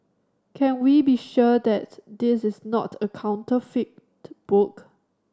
can we be sure that this is not a counterfeit book